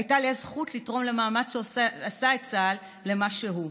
הייתה לי הזכות לתרום למאמץ שעשה את צה"ל למה שהוא,